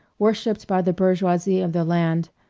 worshipped by the bourgeoisie of the land.